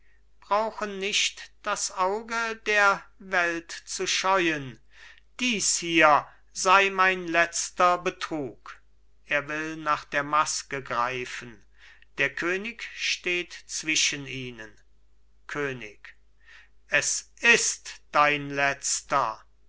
brauchen nicht das auge der welt zu scheuen dies hier sei mein letzter betrug er will nach der maske greifen der könig steht zwischen ihnen könig es ist dein letzter